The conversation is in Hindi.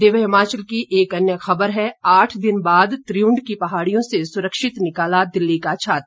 दिव्य हिमाचल की एक अन्य खबर है आठ दिन बाद त्रियूंड की पहाड़ियों से सुरक्षित निकाला दिल्ली का छात्र